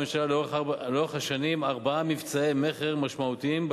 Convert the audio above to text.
הממשלה לאורך השנים ארבעה מבצעי מכר משמעותיים,